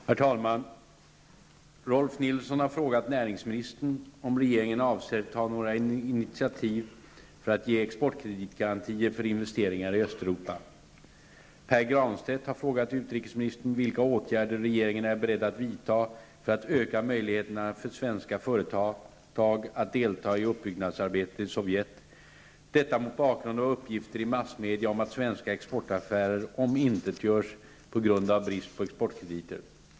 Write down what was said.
Herr talman! Rolf L Nilson har frågat näringsministern om regeringen avser ta några initiativ för att ge exportkreditgarantier för investeringar i Östeuropa. Pär Granstedt har frågat utrikesministern vilka åtgärder regeringen är beredd att vidta för att öka möjligheterna för svenska företag att delta i uppbyggnadsarbetet i Sovjet, detta mot bakgrund av uppgifter i massmedia om att svenska exportaffärer omintetgörs på grund av brist på exportkrediter.